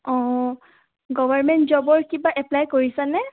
অঁ গভাৰ্মেণ্ট জবৰ কিবা এপ্পলাই কৰিছানে